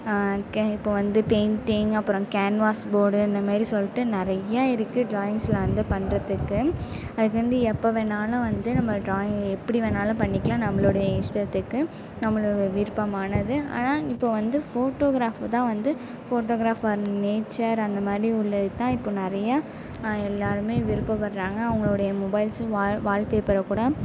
இப்போ வந்து பெயிண்டிங் அப்புறம் கேன்வாஸ் போர்டு அந்த மாதிரி சொல்லிட்டு நிறைய இருக்குது ட்ராயிங்ஸ்சில் வந்து பண்ணுறதுக்கு அது வந்து எப்போ வேண்ணாலும் வந்து நம்ம ட்ராயி எப்படி வேண்ணாலும் பண்ணிக்க நம்மளுடய இஷ்டத்துக்கு நம்மளை விருப்பமானது ஆனால் இப்போ வந்து ஃபோட்டோகிராபர் தான் வந்து ஃபோட்டோகிராபர் நேச்சர் அந்த மாதிரி உள்ளது தான் இப்போ நிறைய எல்லாேருமே விருப்பப்படுறாங்க அவங்களுடைய மொபைல்ஸு வால் வால்பேப்ர்ரை கூட